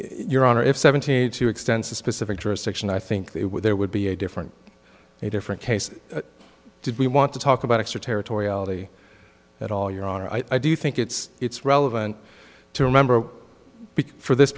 your honor if seventy two extensive specific jurisdiction i think they were there would be a different a different case did we want to talk about extraterritoriality at all your honor i do think it's it's relevant to remember